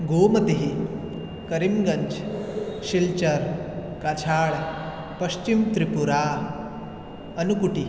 Gomati Karimganj Silchar Cachar Paschim Tripura अनुकुटिः